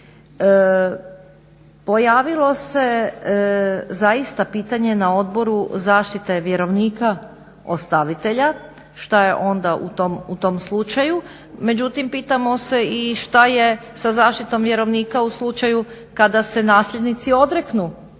Pojavilo se zaista pitanje na odboru zaštite vjerovnika ostavitelja što je onda u tom slučaju, međutim pitamo se i što je sa zaštitom vjerovnika u slučaju kada se nasljednici odreknu